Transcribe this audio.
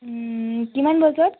কিমান বজাত